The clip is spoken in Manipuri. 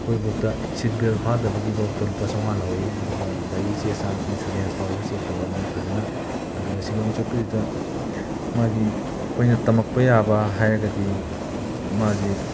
ꯑꯩꯈꯣꯏꯐꯥꯎꯗ ꯁꯤꯠ ꯕꯦꯜ ꯐꯥꯗꯕꯒꯤꯐꯥꯎꯗ ꯂꯨꯄꯥ ꯆꯥꯝꯉꯥ ꯂꯧꯍꯧꯏ ꯑꯗꯨꯒ ꯒꯥꯔꯤ ꯆꯦ ꯆꯥꯡ ꯏꯟꯁꯨꯔꯦꯟꯁ ꯐꯥꯎꯕ ꯆꯦꯛ ꯇꯧꯏ ꯃꯣꯏ ꯐꯖꯅ ꯑꯗꯨꯒ ꯁꯤꯂꯣꯡ ꯆꯠꯄꯁꯤꯗ ꯃꯥꯒꯤ ꯑꯩꯈꯣꯏꯅ ꯇꯝꯃꯛꯄ ꯌꯥꯕ ꯍꯥꯏꯔꯒꯗꯤ ꯃꯥꯁꯤ